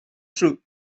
truth